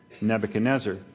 Nebuchadnezzar